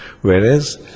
whereas